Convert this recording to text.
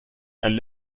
and